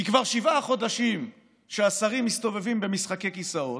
כי כבר שבעה חודשים שהשרים מסתובבים במשחקי כיסאות,